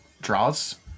draws